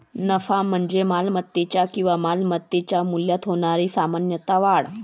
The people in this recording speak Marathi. नफा म्हणजे मालमत्तेच्या किंवा मालमत्तेच्या मूल्यात होणारी सामान्य वाढ